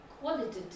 qualitative